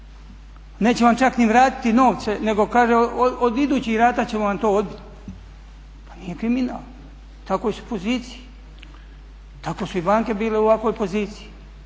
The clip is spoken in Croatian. Neće vam čak ni vratiti novce nego kaže od idućih rata ćemo vam to odbiti. To nije kriminal u takvoj su poziciji. Tako su i banke bile u ovakvoj poziciji.